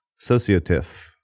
Sociotiff